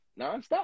nonstop